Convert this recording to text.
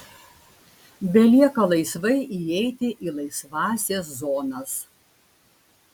belieka laisvai įeiti į laisvąsias zonas